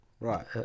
right